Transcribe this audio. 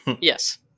yes